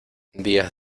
días